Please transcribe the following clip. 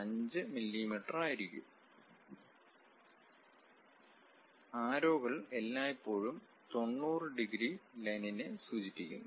5 മില്ലീമീറ്ററായിരിക്കും ആരോ കൾ എല്ലായ്പ്പോഴും 90 ഡിഗ്രി ലൈനിനെ സൂചിപ്പിക്കുന്നു